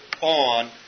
on